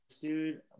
dude